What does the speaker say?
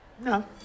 No